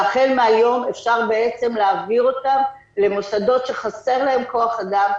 והחל מהיום אפשר בעצם להעביר אותם למוסדות שחסר להם כוח אדם,